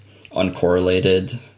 uncorrelated